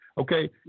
Okay